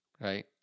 Right